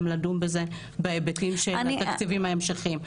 לדון בזה בהיבטים של התקציבים ההמשכיים,